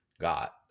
got